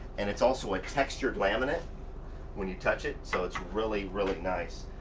and it's also a textured laminate when you touch it. so it's really really nice.